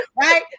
right